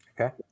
Okay